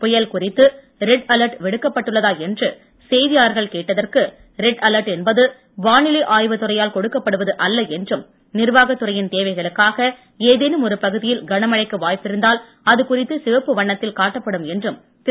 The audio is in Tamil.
புயல் குறித்து ரெட் அலர்ட் விடுக்கப்பட்டுள்ளதா என்று செய்தியாளர்கள் கேட்டதற்கு ரெட் அலர்ட் என்பது வானிலை ஆய்வு துறையால் கொடுக்கப்படுவது அல்ல என்றும் நிர்வாகத்துறையின் தேவைகளுக்காக ஏதேனும் ஒரு பகுதியில் கனமழைக்கு வாய்ப்பிருந்தால் அதுகுறித்து சிவப்பு வண்ணத்தில் காட்டப்படும் என்றும் திரு